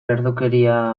lerdokeria